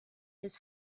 his